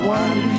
one